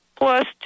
Plus